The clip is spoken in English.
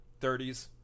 30s